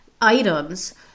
items